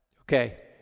Okay